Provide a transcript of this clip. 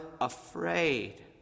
afraid